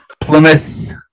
Plymouth